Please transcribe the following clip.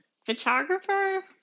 Photographer